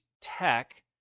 Tech